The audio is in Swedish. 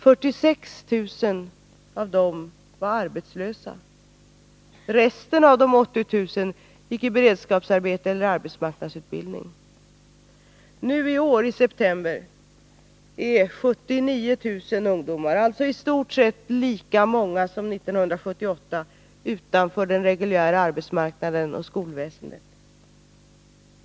46 000 av dem var arbetslösa, resten av de 80 000 gick i beredskapsarbeten eller i arbetsmarknadsutbildning. Nu i år i september är 79 000 ungdomar, alltså i stort sett lika många som i september 1978, utanför den reguljära arbetsmarknaden och skolväsendet.